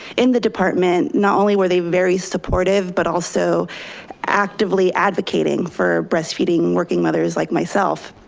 in the department, not only were they very supportive, but also actively advocating for breastfeeding working mothers like myself.